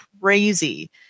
crazy